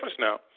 now